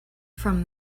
from